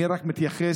אני רק מתייחס,